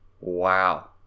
Wow